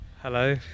Hello